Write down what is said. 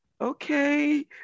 okay